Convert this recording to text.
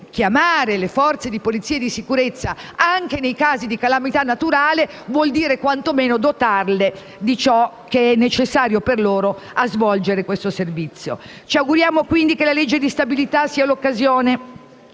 chiamare le forze di polizia e di sicurezza anche nei casi di calamità naturale vuol dire quantomeno dotarle di ciò che è necessario loro per svolgere questo servizio. Ci auguriamo quindi che la legge di stabilità sia l'occasione